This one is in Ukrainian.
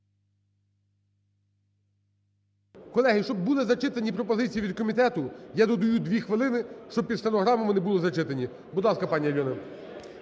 Колеги, щоб були зачитані пропозиції від комітету, я додаю дві хвилини, щоб під стенограму вони були зачитані. Будь ласка, пані Альона.